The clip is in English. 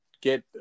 get